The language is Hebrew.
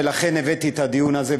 ולכן הבאתי את הדיון הזה,